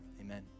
amen